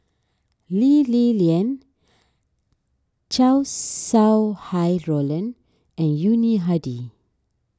Lee Li Lian Chow Sau Hai Roland and Yuni Hadi